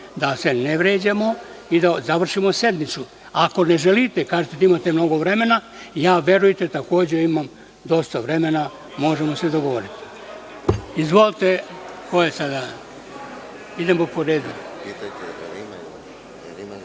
da se ne vređamo i da završimo sednicu. Ako ne želite, kažete da imate mnogo vremena, ja verujte takođe imam dosta vremena, možemo se dogovoriti.(Vladimir